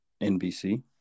NBC